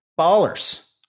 Ballers